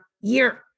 year